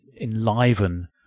enliven